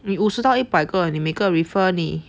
你五十到一百个你每个 refer 你